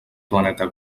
planeta